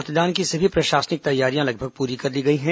मतदान की सभी प्रशासनिक तैयारियां लगभग पूरी कर ली गई हैं